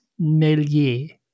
Melier